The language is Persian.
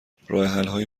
راهحلهای